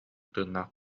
тыыннаах